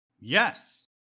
Yes